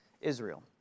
Israel